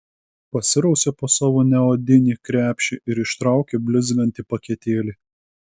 pasirausė po savo neodinį krepšį ir ištraukė blizgantį paketėlį